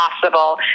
possible